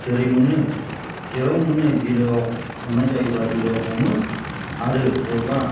जेरै मोनो जेराव मोनो बिलोआव हमनाय जायोब्ला बिलोआव हमो आरो बबेबा